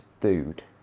dude